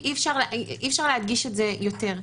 אי אפשר להדגיש את זה יותר מדי.